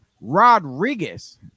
Rodriguez